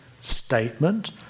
statement